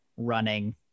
running